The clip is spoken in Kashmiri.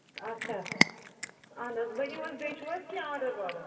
اچھا اہن حظ ؤنِو حظ بیٚیہِ چھُو حظ کیٚنٛہہ آرڈَر واڈَر